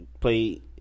play